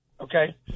okay